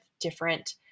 different